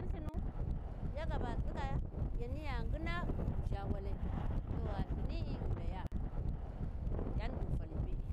lthinu, ya ga ba tsiga yaniyya ngina bu ʒha walai, to gha lthini'i ghi laya yani bu ghi fali be’e.